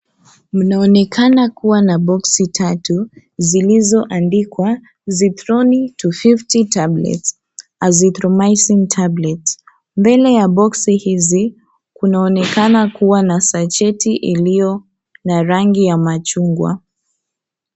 Mnaonekana kuwa na box tatu zilizoandikwa ZITHRONI-250 TABLETS AZITHROMYCIN TABLETS . Mbele ya box hizi kunaonekana kuwa na sachet iliyo na rangi ya machungwa.